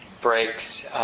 breaks